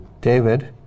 David